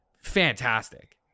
Fantastic